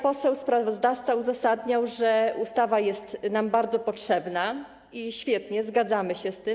Poseł sprawozdawca uzasadniał, że ustawa jest nam bardzo potrzebna, i świetnie, zgadzamy się z tym.